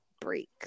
break